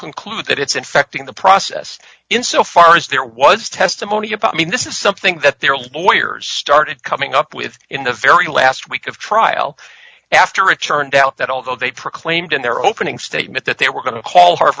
conclude that it's infecting the process in so far as there was testimony about mean this is something that their lawyers started coming up with in the very last week of trial after a churned out that although they proclaimed in their opening statement that they were going to call h